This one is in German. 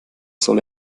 soll